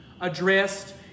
Addressed